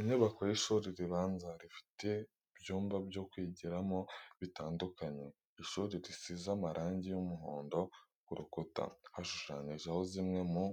Inyubako y'ishuri ribanza rifite ibyumba byo kwigiramo bitandukanye, ishuri risize amarangi y'umuhondo, ku rukuta hashushanyijeho zimwe mu